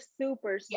super